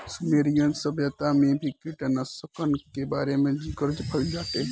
Sumerian सभ्यता में भी कीटनाशकन के बारे में ज़िकर भइल बाटे